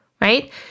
Right